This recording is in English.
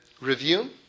review